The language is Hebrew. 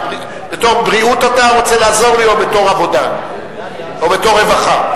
בתור בריאות אתה רוצה לעזור לי או בתור עבודה או בתור רווחה?